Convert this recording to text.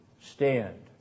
stand